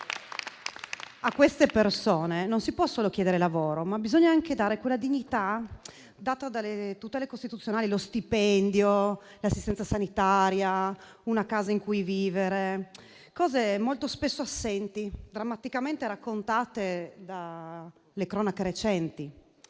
a queste persone non si può solo chiedere lavoro, ma bisogna anche dare la dignità garantita dalle tutele costituzionali: lo stipendio, l'assistenza sanitaria e una casa in cui vivere; cose molto spesso assenti, come viene drammaticamente raccontato dalle cronache recenti.